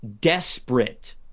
desperate